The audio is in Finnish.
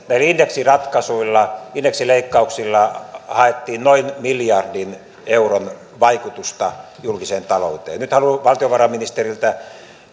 näillä indeksiratkaisuilla indeksileikkauksilla haettiin noin miljardin euron vaikutusta julkiseen talouteen nyt haluan valtiovarainministeriltä